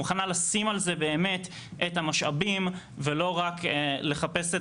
מוכנה לשים על זה באמת את המשאבים ולא רק להסיר את